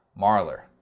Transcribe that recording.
Marler